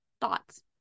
thoughts